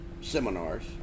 seminars